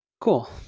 Cool